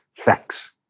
thanks